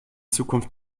zukunft